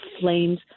flames